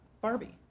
Barbie